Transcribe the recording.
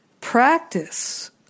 practice